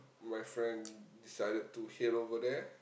my friend decided to head over there